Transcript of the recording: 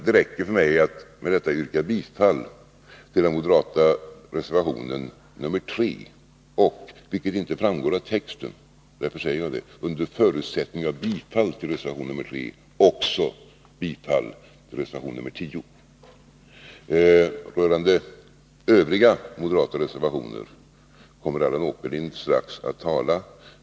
Det räcker för mig att med detta yrka bifall till den moderata reservationen nr 3, och — eftersom detta inte framgår av texten — under förutsättning av bifall till reservation nr 3 yrkar jag bifall också till reservation nr 10. Rörande övriga moderata reservationer kommer Allan Åkerlind strax att tala.